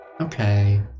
okay